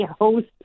host